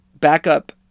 backup